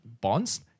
bonds